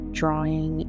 drawing